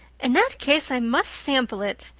in that case i must sample it,